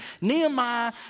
nehemiah